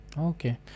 Okay